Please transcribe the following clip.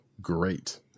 great